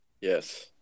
Yes